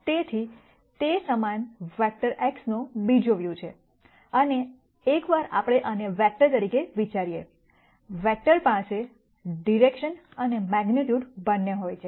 તેથી તે સમાન વેક્ટર X નો બીજો વ્યૂ છે અને એકવાર આપણે આને વેક્ટર તરીકે વિચારીએ વેક્ટર પાસે ડિરેકશન અને મેગ્નીટ્યૂડ બંને હોય છે